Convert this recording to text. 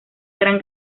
gran